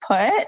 put